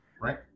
right